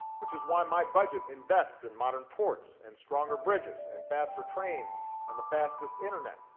which is why my budget invests in modern ports and stronger bridges, and faster trains and the fastest internet,